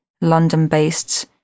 London-based